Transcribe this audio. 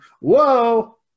whoa